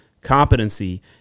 competency